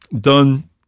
done